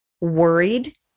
worried